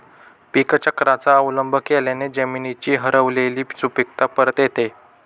पीकचक्राचा अवलंब केल्याने जमिनीची हरवलेली सुपीकता परत येते